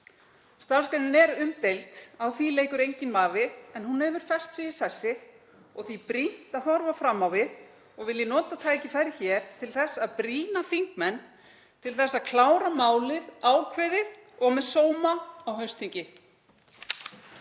Starfsgreinin er umdeild, á því leikur enginn vafi, en hún hefur fest sig í sessi og því brýnt að horfa fram á við og vil ég nota tækifærið hér til þess að brýna þingmenn til að klára málið ákveðið og með sóma á haustþingi.